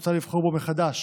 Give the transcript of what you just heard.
מוצע לבחור בו מחדש